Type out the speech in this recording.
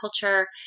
culture